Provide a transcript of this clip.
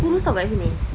kau kurus [tau] kat sini